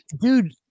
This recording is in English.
dude